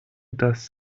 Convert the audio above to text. das